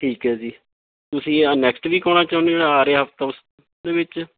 ਠੀਕ ਹੈ ਜੀ ਤੁਸੀਂ ਆ ਨੈਕਸਟ ਵੀਕ ਆਉਣਾ ਚਾਹੁੰਦੇ ਆ ਰਿਹਾ ਹਫ਼ਤਾ ਉਸ ਦੇ ਵਿੱਚ